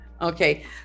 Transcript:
Okay